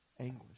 anguish